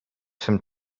some